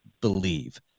believe